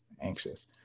anxious